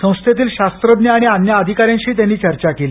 संस्थेतील शास्त्रद्न्य आणि अन्य अधिकाऱ्यांशीही त्यांनी चर्चा केली